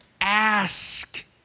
ask